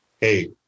hey